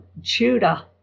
Judah